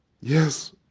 Yes